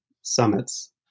summits